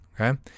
okay